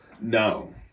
No